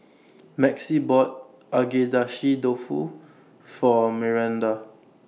Maxie bought Agedashi Dofu For Miranda